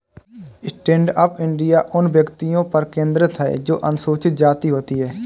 stand up India उन व्यक्तियों पर केंद्रित है जो अनुसूचित जाति होती है